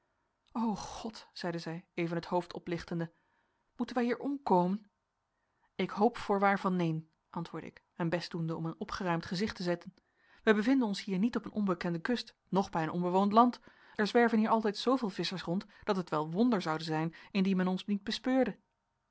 o god zeide zij even het hoofd oplichtende moeten wij hier omkomen ik hoop voorwaar van neen antwoordde ik mijn best doende om een opgeruimd gezicht te zetten wij bevinden ons hier niet op een onbekende kust noch bij een onbewoond land er zwerven hier altijd zooveel visschers rond dat het wel wonder zoude zijn indien men ons niet bespeurde